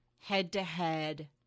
head-to-head